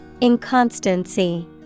Inconstancy